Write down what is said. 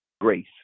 Grace